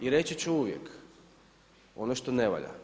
I reći ću uvijek ono što ne valja.